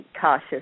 cautious